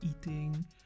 eating